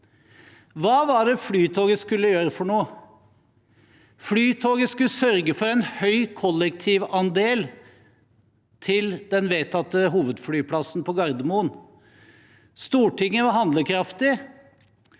Hva var det Flytoget skulle gjøre for noe? Flytoget skulle sørge for en høy kollektivandel til den vedtatte hovedflyplassen på Gardermoen. Stortinget var handlekraftig.